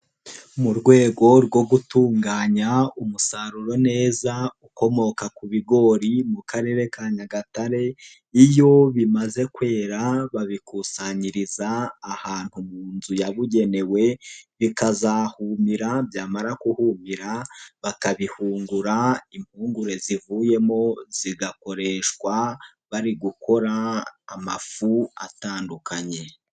Mu rwego rwo gutunganya umusaruro neza ukomoka ku bigori mu Karere ka Nyagatare, iyo bimaze kwera babikusanyiriza ahantu mu nzu yabugenewe bikazahumira byamara kuhumira bakabihungura impungure zivuyemo zigakoreshwa bari gukora amafu atandukanye.